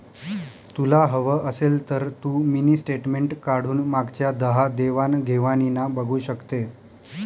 तुला हवं असेल तर तू मिनी स्टेटमेंट काढून मागच्या दहा देवाण घेवाणीना बघू शकते